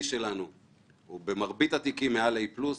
שלנו הוא במרבית התיקים מעל A פלוס,